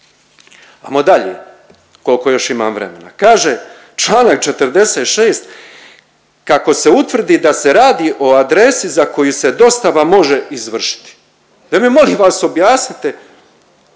Ajmo dalje koliko još imam vremena. Kaže Članak 46. ako se utvrdi da se radi o adresi za koju se dostava može izvršiti. Daj mi molim vas objasnite